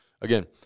again